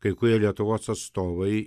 kai kurie lietuvos atstovai